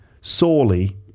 sorely